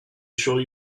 sure